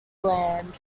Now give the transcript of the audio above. land